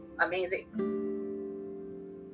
amazing